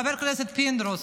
חבר הכנסת פינדרוס,